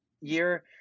year